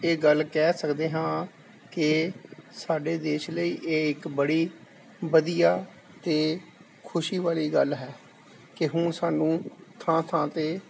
ਇਹ ਗੱਲ ਕਹਿ ਸਕਦੇ ਹਾਂ ਕਿ ਸਾਡੇ ਦੇਸ਼ ਲਈ ਇਹ ਇੱਕ ਬੜੀ ਵਧੀਆ ਅਤੇ ਖੁਸ਼ੀ ਵਾਲੀ ਗੱਲ ਹੈ ਕਿ ਹੁਣ ਸਾਨੂੰ ਥਾਂ ਥਾਂ 'ਤੇ